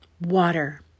water